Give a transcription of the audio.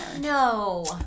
No